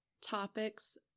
topics